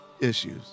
issues